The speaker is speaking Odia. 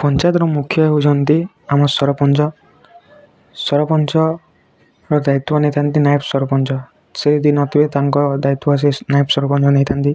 ପଞ୍ଚାୟତର ମୁଖ୍ୟ ହେଉଛନ୍ତି ଆମ ସରପଞ୍ଚ ସରପଞ୍ଚର ଦାୟିତ୍ୱ ନେଇଥାନ୍ତି ନାଏବ ସରପଞ୍ଚ ସେ ଯଦି ନଥିବେ ତାଙ୍କ ଦାୟିତ୍ୱ ଆସି ନାଏବ ସରପଞ୍ଚ ନେଇଥାନ୍ତି